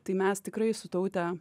tai mes tikrai su taute